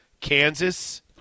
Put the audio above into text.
Kansas